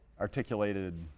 Articulated